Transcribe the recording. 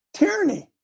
tyranny